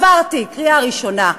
עברתי קריאה ראשונה,